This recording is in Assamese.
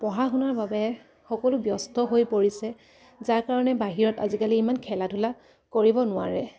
পঢ়া শুনাৰ বাবে সকলো ব্যস্ত হৈ পৰিছে যাৰ কাৰণে বাহিৰত আজিকালি ইমান খেলা ধূলা কৰিব নোৱাৰে